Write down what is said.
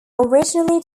originally